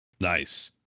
Nice